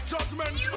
Judgment